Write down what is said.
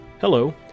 Hello